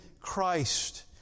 Christ